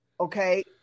okay